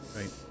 Right